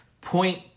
point